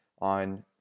on